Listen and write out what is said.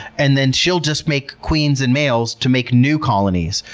and then she'll just make queens and males to make new colonies.